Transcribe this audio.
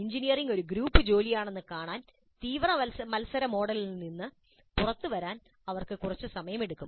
engineering ഒരു group ജോലിയാണെന്ന് കാണാൻ തീവ്രമായ മത്സര മോഡിൽ നിന്ന് പുറത്തുവരാൻ അവർക്ക് കുറച്ച് സമയമെടുക്കും